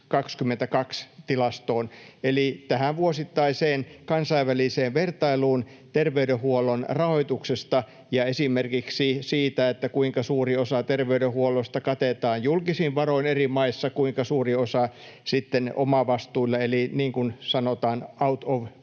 eli tähän vuosittaiseen kansainväliseen vertailuun terveydenhuollon rahoituksesta ja esimerkiksi siitä, kuinka suuri osa terveydenhuollosta katetaan julkisin varoin eri maissa ja kuinka suuri osa sitten omavastuilla eli, niin kuin sanotaan, out of pocket